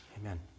Amen